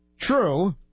True